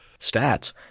stats